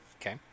Okay